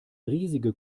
riesige